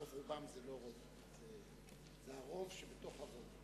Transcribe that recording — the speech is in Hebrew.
רוב רובם זה לא רוב, זה הרוב שבתוך הרוב.